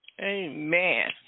Amen